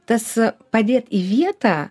tas padėt į vietą